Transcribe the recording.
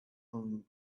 from